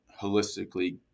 holistically